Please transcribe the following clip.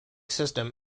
system